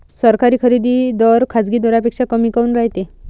सरकारी खरेदी दर खाजगी दरापेक्षा कमी काऊन रायते?